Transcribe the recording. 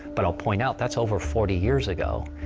but i'll point out, that's over forty years ago,